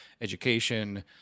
education